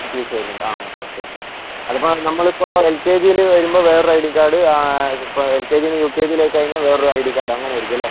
fees വരുന്നുണ്ട് ആ okay okay അതിപ്പം നമ്മളിപ്പോൾ എൽ കെ ജിയിൽ വരുമ്പോൾ വേറൊരു ഐ ഡി കാർഡ് ഇപ്പം എൽ കെ ജിയിൽ നിന്ന് യു കെ ജിയിലേക്ക് ആയിക്കഴിഞ്ഞാൽ വേറൊരു ഐ ഡി കാർഡ് അങ്ങനെ ആയിരിക്കും അല്ലേ